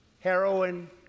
heroin